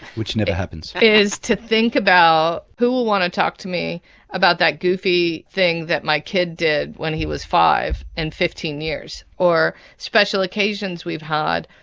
which never happens. is to think about who will want to talk to me about that goofy thing that my kid did when he was five in fifteen years? or special occasions we've had,